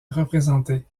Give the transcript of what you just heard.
représenter